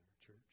church